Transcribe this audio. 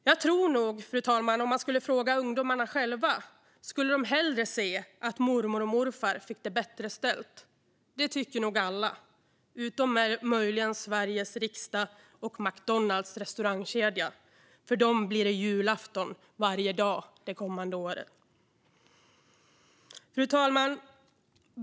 Jag tror nog, fru talman, att om man skulle fråga ungdomarna själva skulle de hellre se att mormor och morfar fick det bättre ställt. Det tycker nog alla, utom möjligen Sveriges riksdag och McDonalds restaurangkedja. För dem blir det julafton varje dag de kommande åren. Fru talman!